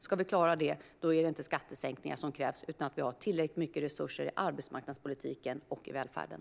Om vi ska klara det är det inte skattesänkningar som krävs, utan det krävs att vi har tillräckligt mycket resurser i arbetsmarknadspolitiken och i välfärden.